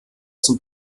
zum